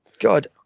God